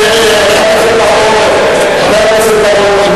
זה המדינה שהם רוצים לראות.